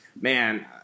man